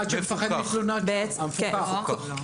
המפוקח.